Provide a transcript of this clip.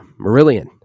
Marillion